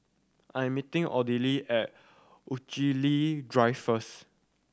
I am meeting Odelia at Rochalie Drive first